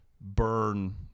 burn